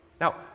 Now